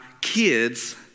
kids